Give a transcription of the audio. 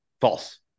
False